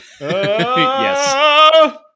yes